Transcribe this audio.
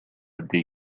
des